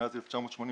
מאז 1988,